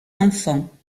enfants